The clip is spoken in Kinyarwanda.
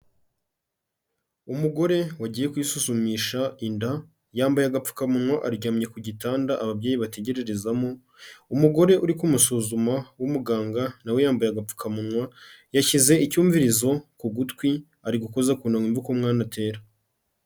Umugore wagiye kwisushumisha inda, yambaye agapfukamunwa aryamye ku gitanda ababyeyi bategererezamo, umugore uri kumusuzuma w'umuganga, na we yambaye agapfukamunwa, yashyize icyumvirizo ku gutwi, ari gukoza ku nda ngo yumve uko umwana atera.